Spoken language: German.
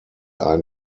ein